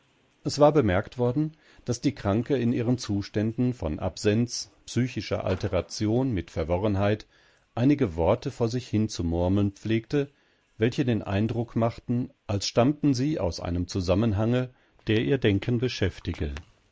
es war bemerkt worden daß die kranke in ihren zuständen von absenz psychischer alteration mit verworrenheit einige worte vor sich hin zu murmeln pflegte welche den eindruck machten als stammten sie aus einem zusammenhange der ihr denken beschäftige